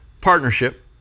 partnership